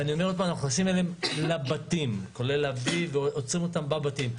אנחנו נכנסים לבתים שלהם ועוצרים אותם בבתים.